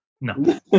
No